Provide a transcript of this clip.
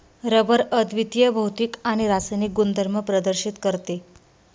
rubber अद्वितीय भौतिक आणि रासायनिक गुणधर्म प्रदर्शित करते